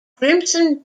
crimson